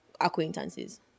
acquaintances